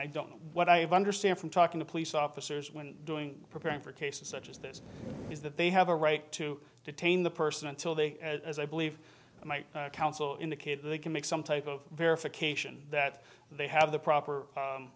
i don't know what i understand from talking to police officers when doing preparing for cases such as this is that they have a right to detain the person until they as i believe might counsel indicate they can make some type of verification that they have the proper